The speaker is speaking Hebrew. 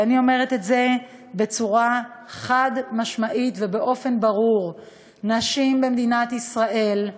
ואני אומרת בצורה חד-משמעית ובאופן ברור: נשים במדינת ישראל,